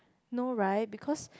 no right because